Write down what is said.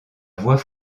voix